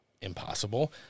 impossible